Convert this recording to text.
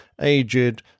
aged